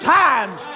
times